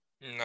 No